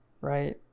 right